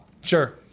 Sure